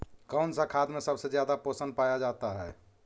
कौन सा खाद मे सबसे ज्यादा पोषण पाया जाता है?